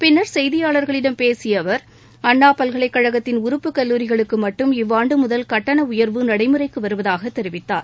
பின்னர் செய்தியாளர்களிடம் பேசியஅவர் அண்ணாபல்கலைக் கழகத்தின் உறுப்புக் கல்லூரிகளுக்குமட்டும் இவ்வாண்டுமுதல் கட்டணஉயர்வு நடைமுறைக்குவருவதாகதெரிவித்தார்